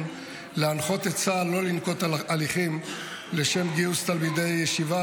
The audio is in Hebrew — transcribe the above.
להנחות את צה"ל לא לנקוט הליכים לשם גיוס תלמידי ישיבה,